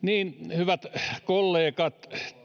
hyvät kollegat